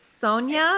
Sonia